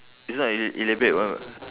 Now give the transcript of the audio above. it's not e~ elaborate [one]